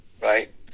right